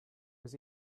was